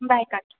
bye काकी